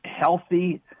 healthy